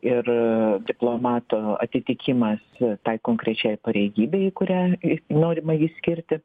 ir diplomato atitikimas tai konkrečiai pareigybei kurią norima jį skirti